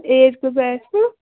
ایٚج کٲژا آسوٕ